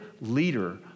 leader